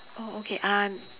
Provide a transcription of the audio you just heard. oh okay uh